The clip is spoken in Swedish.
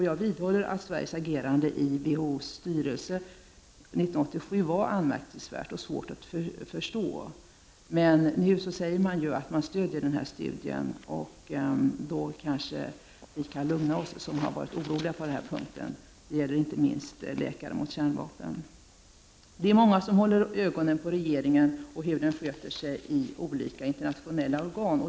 Jag vidhåller att Sveriges agerande i WHO:s styrelse 1987 var anmärkningsvärt och svårt att förstå. Nu säger utskottet att Sverige stöder studien, och då kanske vi som har varit oroliga — det gäller inte minst Läkare mot kärnvapen — kan lugna oss. Det är många som håller ögonen på regeringen och dess sätt att sköta sig i olika internationella organ.